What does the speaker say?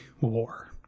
war